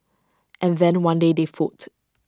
and then one day they fought